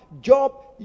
job